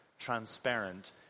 transparent